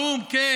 האו"ם פתאום?